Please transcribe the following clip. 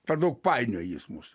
per daug painioja jis mus